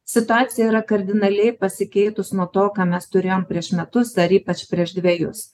situacija yra kardinaliai pasikeitus nuo to ką mes turėjom prieš metus ar ypač prieš dvejus